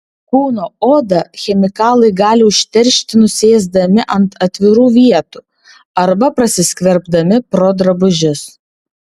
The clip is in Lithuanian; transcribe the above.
kūno odą chemikalai gali užteršti nusėsdami ant atvirų vietų arba prasiskverbdami pro drabužius